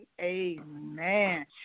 amen